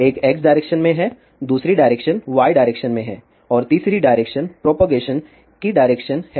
एक x direction में है दूसरी डायरेक्शन y डायरेक्शन में है और तीसरी डायरेक्शन प्रोपगेशन की डायरेक्शन है